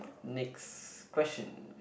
next question